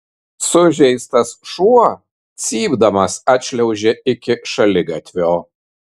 sužeistas šuo cypdamas atšliaužė iki šaligatvio